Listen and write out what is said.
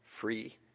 free